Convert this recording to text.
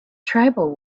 tribal